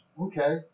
Okay